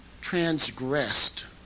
transgressed